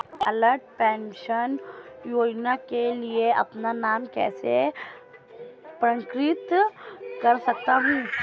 मैं अटल पेंशन योजना के लिए अपना नाम कैसे पंजीकृत कर सकता हूं?